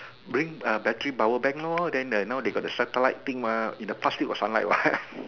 bring err battery powerbank lor then the now they got the satellite thing mah in the past still got sunlight what